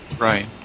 Right